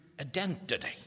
identity